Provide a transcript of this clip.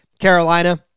Carolina